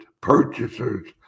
purchasers